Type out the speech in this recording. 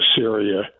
Syria